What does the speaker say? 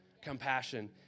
compassion